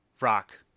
rock